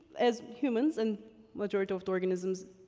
as humans and majority of the organisms,